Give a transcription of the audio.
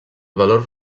valor